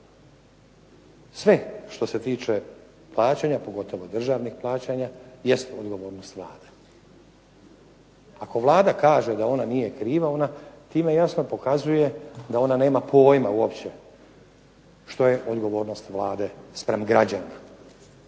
Sve što se tiče plaćanja, pogotovo državnih plaćanja jest odgovornost Vlade. Ako Vlada kaže da ona nije kriva ona time jasno pokazuje da ona nema pojma uopće što je odgovornost Vlade spram građana.